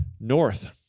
north